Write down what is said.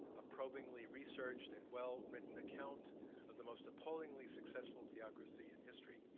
a probingly researched and well written account of the most appallingly successful theocracy in history.